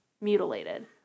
mutilated